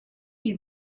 you